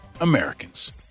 Americans